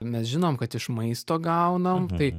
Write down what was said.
mes žinom kad iš maisto gaunam tai